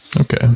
Okay